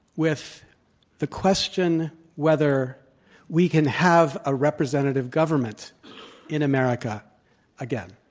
with the question whether we can have a representative government in america again.